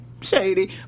shady